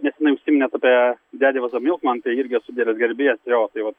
nesenai užsiminėt apie dedi vuoz e milkmen tai irgi esu didelis gerbėjas jo tai vat